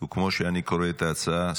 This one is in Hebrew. וכמו שאני קורא את ההצעה,